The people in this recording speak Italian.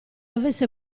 avesse